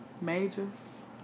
majors